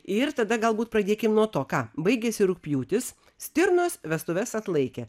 ir tada galbūt pradėkim nuo to ką baigėsi rugpjūtis stirnos vestuves atlaikė